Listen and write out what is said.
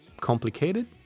complicated